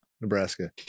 Nebraska